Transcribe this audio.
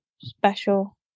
special